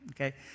Okay